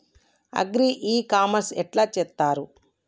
Agri e commerce ఎట్ల చేస్తరు?